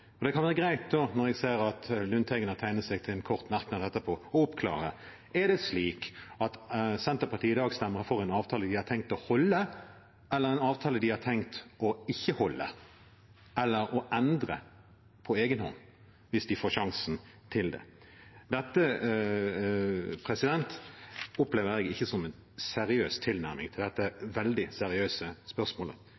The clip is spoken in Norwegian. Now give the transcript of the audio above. Det kan da være greit, når jeg ser at Lundteigen har tegnet seg til en kort merknad etterpå, å oppklare: Er det slik at Senterpartiet i dag stemmer for en avtale de har tenkt å holde, eller en avtale de har tenkt å ikke holde eller å endre på egen hånd hvis de får sjansen til det? Det opplever jeg ikke som en seriøs tilnærming til dette